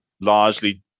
largely